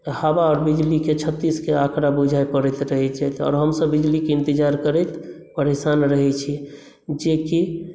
हवा आओर बिजलीके छत्तीसके आँकड़ा बुझाइ पड़ैत रहै छै आओर हमसब बिजलीके इन्तजार करैत परेशान रहै छी जेकि